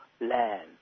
land